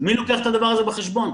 מי לוקח את הדבר הזה בחשבון?